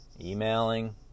emailing